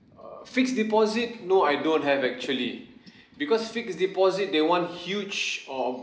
err fixed deposit no I don't have actually because fixed deposit they want huge or